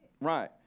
Right